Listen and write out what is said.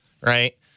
Right